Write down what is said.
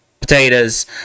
potatoes